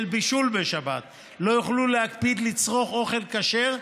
בישול בשבת לא יוכלו להמשיך לצרוך אוכל כשר,